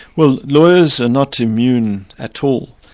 well, lawyers are not immune at all.